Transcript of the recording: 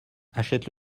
achète